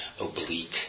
oblique